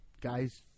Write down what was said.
guys